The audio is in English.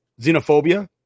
xenophobia